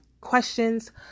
questions